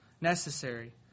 necessary